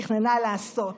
תכננה לעשות,